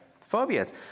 Phobias